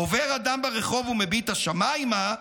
עובר אדם ברחוב ומביט השמיימה,